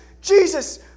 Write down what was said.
Jesus